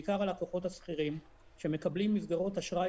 בעיקר הלקוחות השכירים שמקבלים מסגרות אשראי